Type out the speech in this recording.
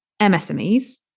MSMEs